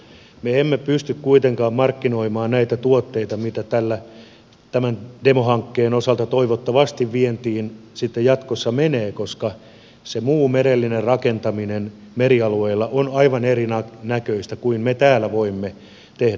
me emme pysty kuitenkaan markkinoimaan näitä tuotteita mitä tämän demohankkeen osalta toivottavasti vientiin sitten jatkossa menee koska se muu merellinen rakentaminen merialueilla on aivan erinäköistä kuin mitä me täällä voimme tehdä